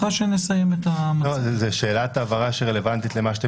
אחרי שנסיים את ה -- זאת שאלת הבהרה שרלוונטית למה שאתם